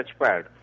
touchpad